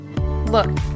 Look